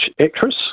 actress